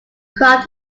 craft